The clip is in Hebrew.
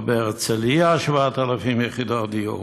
או בהרצליה 7,000 יחידות דיור